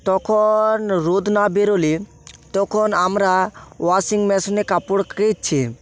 তখন রোদ না বেরোলে তখন আমরা ওয়াসিং মেশিনে কাপড় কেচে